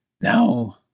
No